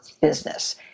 business